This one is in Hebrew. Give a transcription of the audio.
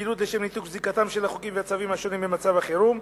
בפעילות לניתוק זיקתם של החוקים והצווים ממצב החירום.